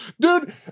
Dude